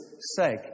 sake